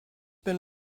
been